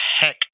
heck